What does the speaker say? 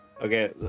Okay